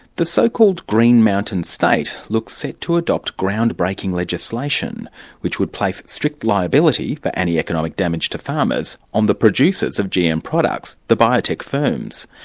the so-called green mountain state looks set to adopt ground-breaking legislation which would place strict liability for any economic damage to farmers on the producers of gm products, the biotech firms.